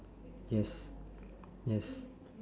yes yes